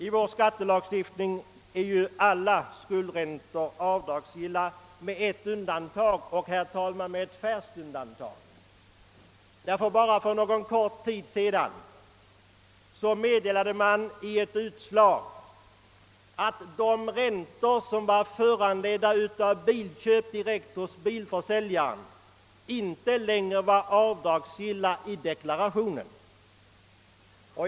I vår skattelagstiftning är alla skuldräntor avdragsgilla utom, herr talman, i ett avseende, som utgör ett färskt undantag. För bara någon tid sedan meddelades i ett utslag att de räntor som föranleds av bilköp direkt hos bilförsäljaren inte längre är avdragsgilla i deklarationen.